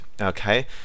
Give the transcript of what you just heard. okay